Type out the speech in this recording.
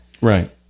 Right